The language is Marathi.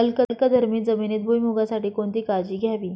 अल्कधर्मी जमिनीत भुईमूगासाठी कोणती काळजी घ्यावी?